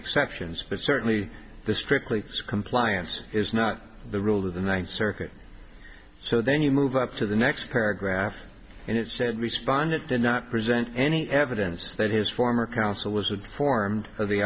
exceptions but certainly the strictly compliance is not the rule of the ninth circuit so then you move up to the next paragraph and it said responded did not present any evidence that his former counsel was a form of the